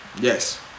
yes